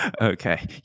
Okay